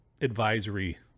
advisory